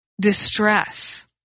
distress